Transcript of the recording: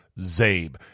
zabe